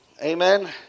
amen